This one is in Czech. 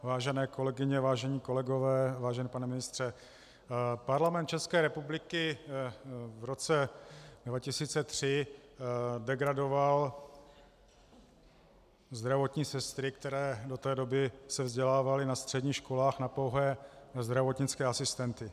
Vážené kolegyně, vážení kolegové, vážený pane ministře, Parlament České republiky v roce 2003 degradoval zdravotní sestry, které do té doby se vzdělávaly na středních školách, na pouhé zdravotnické asistenty.